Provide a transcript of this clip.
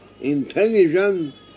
intelligent